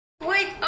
Wait